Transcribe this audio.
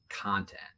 content